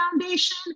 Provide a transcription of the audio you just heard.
foundation